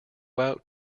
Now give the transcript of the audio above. out